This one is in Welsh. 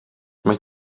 mae